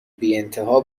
بیانتها